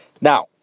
Now